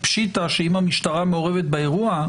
פשיטא שאם המשטרה מעורבת באירוע,